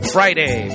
Friday